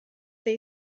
they